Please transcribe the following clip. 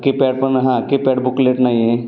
keypad पण हां keypad booklet नाही आहे